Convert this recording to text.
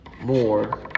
more